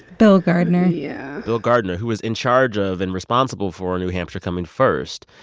bill gardner yeah bill gardner, who is in charge of and responsible for new hampshire coming first.